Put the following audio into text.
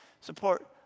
Support